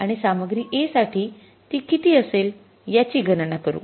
आणि सामग्री A साठी ती किती असेल याची गणना करू